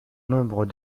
nombre